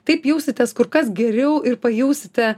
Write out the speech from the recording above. taip jausitės kur kas geriau ir pajausite